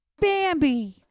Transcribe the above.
Bambi